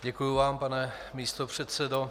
Děkuji vám, pane místopředsedo.